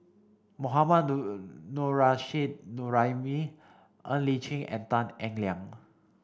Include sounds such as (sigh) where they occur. Mohammad (unintelligible) Nurrasyid Juraimi Ng Li Chin and Tan Eng Liang